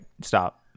stop